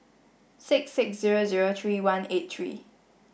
six six zero zero three one eight three